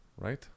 right